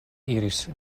iris